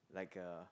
like a